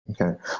Okay